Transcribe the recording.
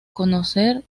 conocer